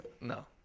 No